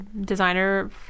designer